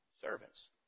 servants